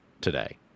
today